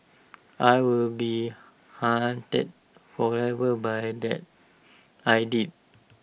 I will be haunted forever by that I did